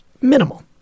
minimal